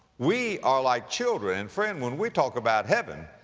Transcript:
we are like children. and friend, when we talk about heaven,